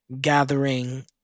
gathering